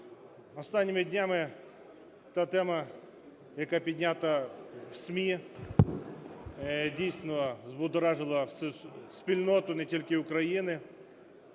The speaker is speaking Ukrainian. Останніми днями та тема, яка піднята в ЗМІ, дійсно, збудоражила всю спільноту, не тільки України.